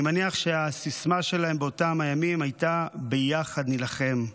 אני מניח שהסיסמה שלהם באותם ימים הייתה: ביחד נילחם,